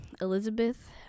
elizabeth